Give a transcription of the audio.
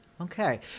Okay